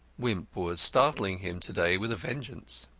wimp was startling him to-day with a vengeance.